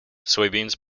soybeans